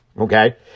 okay